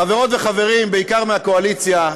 חברות וחברים, בעיקר מהקואליציה,